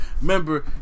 remember